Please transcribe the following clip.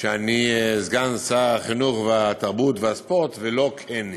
גם הם כמובן